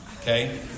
okay